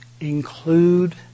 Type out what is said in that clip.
include